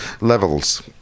levels